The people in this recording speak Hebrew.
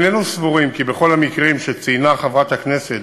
איננו סבורים כי בכל המקרים שציינה חברת הכנסת